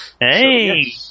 Hey